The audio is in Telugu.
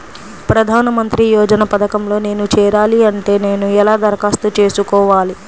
ప్రధాన మంత్రి యోజన పథకంలో నేను చేరాలి అంటే నేను ఎలా దరఖాస్తు చేసుకోవాలి?